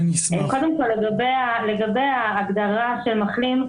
קודם כל לגבי ההגדרה של מחלים,